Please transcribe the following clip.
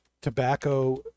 tobacco